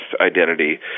identity